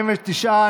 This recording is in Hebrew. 49,